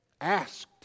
asked